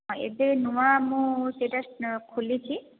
ହଁ ଏବେ ନୂଆ ମୁଁ ସେଇଟା ଖୋଲିଛି